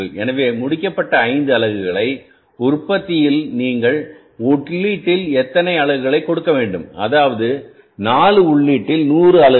எனவே முடிக்கப்பட்ட5 அலகுகளை உற்பத்தியின்பொருள் நீங்கள் உள்ளீட்டின் எத்தனை அலகுகளை கொடுக்க வேண்டும் அதாவதுஆகிய 4உள்ளீட்டின் 100 அலகுகள்